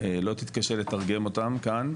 לא תתקשה לתרגם אותן כאן,